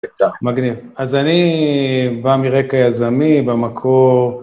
בקצר. מגניב. אז אני בא מרקע יזמי במקור...